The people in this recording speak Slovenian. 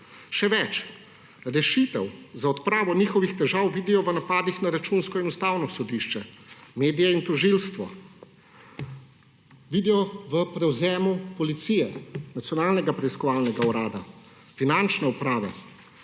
Še več. Rešitev za odpravo njihovih težav vidijo v napadih na Računsko in Ustavno sodišče, medije in tožilstvo, vidijo v prevzemu policije, Nacionalnega preiskovalnega urada, Finančne uprave,